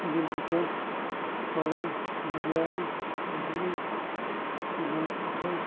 ᱡᱤᱞ ᱯᱤᱴᱷᱟᱹ ᱥᱚᱲᱮ ᱵᱤᱨᱤᱭᱟᱱᱤ ᱤᱴᱞᱤ ᱟᱨ ᱰᱩᱢᱵᱩᱜ ᱯᱤᱴᱷᱟᱹ